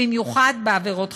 במיוחד בעבירות חמורות.